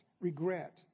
regret